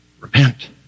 Repent